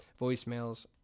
voicemails